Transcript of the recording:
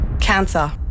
cancer